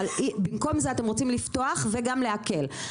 אבל במקום זה אתם רוצים לפתוח וגם להקל,